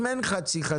בא ל-D&B ול-BDI,